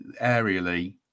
aerially